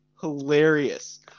hilarious